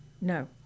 no